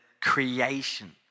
creation